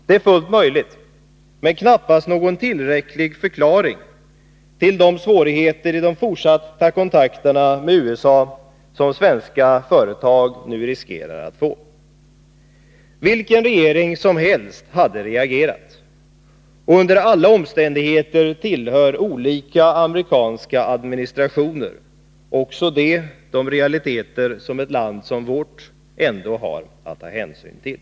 Det är fullt möjligt, men knappast någon tillräcklig förklaring till de svårigheter i de fortsatta kontakterna med USA som svenska företag nu riskerar att få. Vilken regering som helst hade reagerat. Och under alla omständigheter tillhör olika amerikanska administrationer de realiteter som ett land som vårt ändå har att ta hänsyn till.